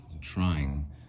trying